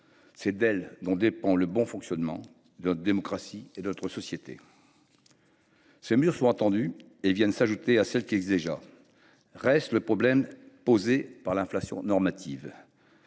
ces dernières que dépend le bon fonctionnement de notre démocratie et de notre société. Ces mesures sont attendues et viennent s’ajouter à celles qui existent déjà. Reste le problème posé par l’inflation normative,